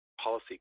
policy